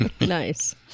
Nice